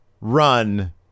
run